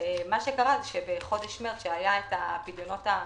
מה שקרה הוא שבחודש מרץ, כשהיו הפדיונות הנרחבים,